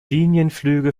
linienflüge